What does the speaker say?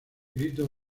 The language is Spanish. grito